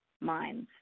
mines